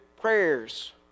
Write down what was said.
prayers